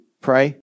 pray